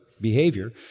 behavior